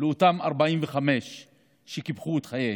לאותם 45 שקיפחו את חייהם.